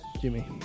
Jimmy